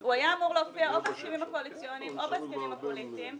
הוא היה אמור להופיע או בהסכמים הקואליציוניים או בהסכמים הפוליטיים.